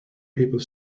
people